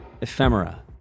ephemera